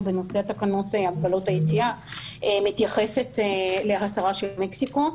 בנושא תקנות הגבלות היציאה מתייחסת להסרה של מקסיקו.